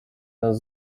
nas